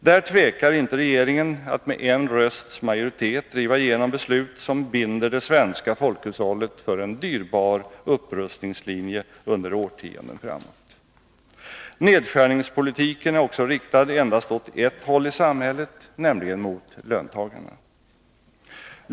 Där tvekar inte regeringen att med en rösts majoritet driva igenom beslut som binder det svenska folkhushållet för en dyrbar upprustningslinje under årtionden framåt. Nedskärningspolitiken är också riktad endast åt ett håll i samhället, nämligen mot löntagarna.